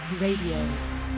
Radio